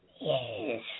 Yes